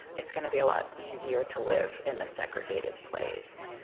it's going to be a lot easier to live in this segregated place.